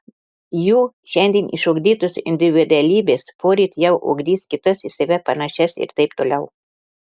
jų šiandien išugdytos individualybės poryt jau ugdys kitas į save panašias ir taip toliau